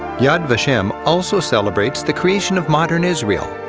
yad vashem also celebrates the creation of modern israel.